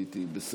אדוני היושב-ראש,